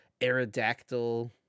Aerodactyl